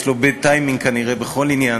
יש לו bad timing כנראה בכל עניין.